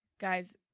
guys,